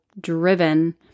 driven